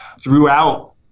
throughout